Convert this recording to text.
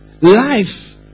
Life